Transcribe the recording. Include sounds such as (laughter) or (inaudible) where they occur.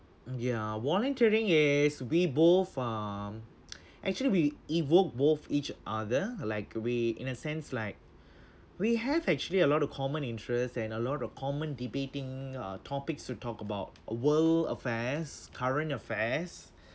ya volunteering yes we both um (noise) actually we evoke both each other like we in a sense like we have actually a lot of common interest and a lot of common debating uh topics to talk about world affairs current affairs